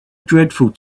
dreadful